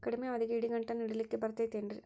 ಕಡಮಿ ಅವಧಿಗೆ ಇಡಿಗಂಟನ್ನು ಇಡಲಿಕ್ಕೆ ಬರತೈತೇನ್ರೇ?